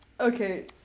okay